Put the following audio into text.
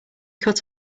cut